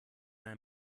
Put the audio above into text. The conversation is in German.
ein